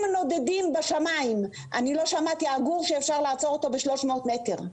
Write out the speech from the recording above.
הנודדים בשמים; אני לא שמעתי על עגור שאפשר לעצור אותו ב-300 מטר.